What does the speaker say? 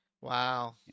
Wow